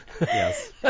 yes